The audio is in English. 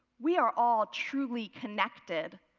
we are all truly connected.